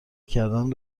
کردن